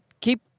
keep